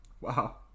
wow